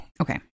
Okay